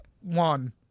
one